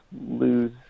lose